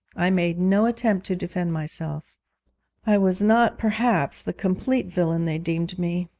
i made no attempt to defend myself i was not perhaps the complete villain they deemed me,